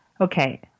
Okay